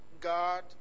God